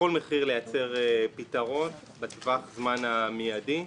בכל מחיר ליצור פתרון בטווח הזמן המידי.